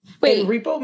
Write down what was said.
Wait